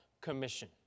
commission